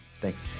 Thanks